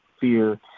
fear